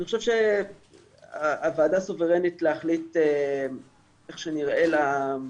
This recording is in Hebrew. אני חושב שהוועדה סוברנית להחליט איך שנראה לה.